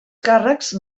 càrrecs